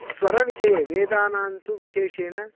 स्वरविषये वेदानान्तु विशेषेण